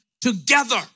together